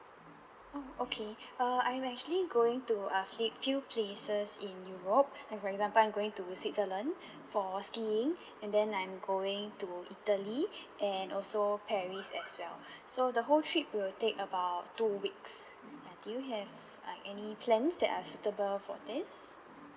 oh okay uh I'm actually going to actually few places in europe and for example I'm going to switzerland for skiing and then I'm going to italy and also paris as well so the whole trip will take about two weeks uh do you have like any plans that are suitable for this